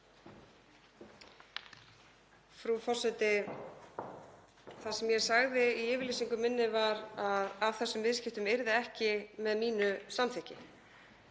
Frú forseti. Það sem ég sagði í yfirlýsingu minni var að af þessum viðskiptum yrði ekki með mínu samþykki.